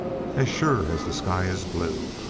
as sure as the sky is blue!